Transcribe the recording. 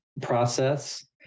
process